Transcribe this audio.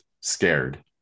scared